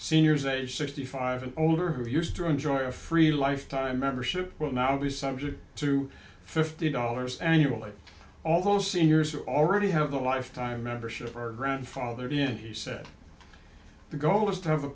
seniors age sixty five and older who used to enjoy a free lifetime membership will now be subject to fifty dollars annually although seniors who already have a lifetime membership are grandfathered in he said the goal was to have a